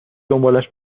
دنبالش